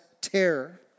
terror